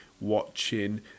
watching